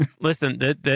Listen